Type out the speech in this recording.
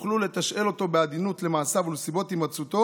תוכלו לתשאל אותו בעדינות למעשיו ולסיבות הימצאותו